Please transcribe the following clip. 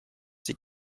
die